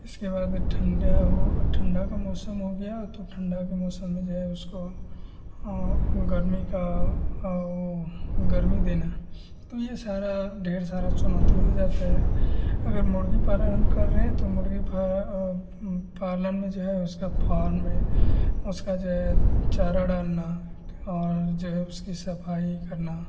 उसके बाद ठंड हो ठंड का मौसम हो गया तो ठंडी के मौसम में जो है उसको गर्मी का वह गर्मी देना तो यह सारी ढेर सारी चुनौती हो जाती है अगर मुर्ग़ी पालन हम कर रहे हैं तो मुर्ग़ी पा पालन में जो है उसका फार्म उसका जो है चारा डालना और जो है उसकी सफाई करना